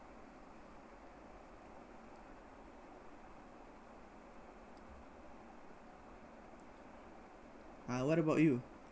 uh what about you